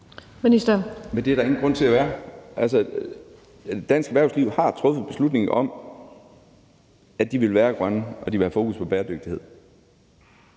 Men det er der ingen grund til at være. Dansk erhvervsliv har truffet beslutningen om, at de vil være grønne og de vil have fokus på bæredygtighed.